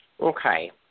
Okay